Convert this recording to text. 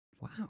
Wow